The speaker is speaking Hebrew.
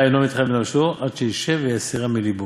הא אינו מתחייב בנפשו עד שישב ויסירם מלבו.